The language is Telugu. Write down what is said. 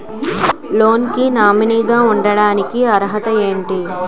లోన్ కి నామినీ గా ఉండటానికి అర్హత ఏమిటి?